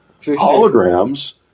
holograms